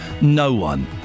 No-one